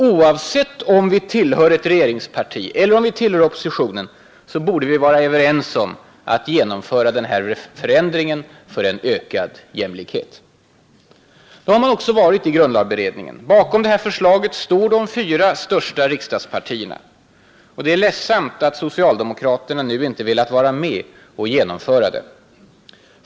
Oavsett om vi tillhör ett regeringsparti eller tillhör oppositionen borde vi a den här förändringen för en ökad jämlikhet. Det har man också varit i grundlagberedningen. Bakom det här förslaget står de fyra största riksdagspartierna, och det är ledsamt att socialdemokraterna nu inte velat a överens om att genomfö vara med och genomföra det.